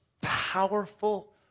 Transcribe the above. powerful